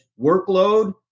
workload